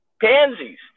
pansies